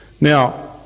Now